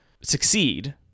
succeed